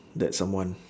that someone